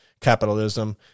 Capitalism